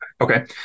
Okay